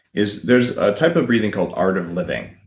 is there's a type of breathing called art of living,